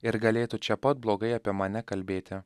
ir galėtų čia pat blogai apie mane kalbėti